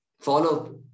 follow